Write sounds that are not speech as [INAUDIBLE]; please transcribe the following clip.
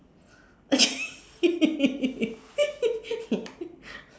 actually [LAUGHS]